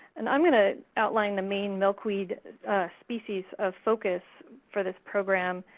and i'm going to outline the main milkweed species of focus for this program,